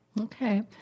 Okay